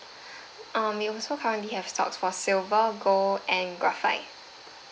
um we also currently have stocks for silver gold and graphite